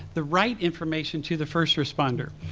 the right information to the first responder?